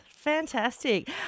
Fantastic